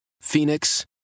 Phoenix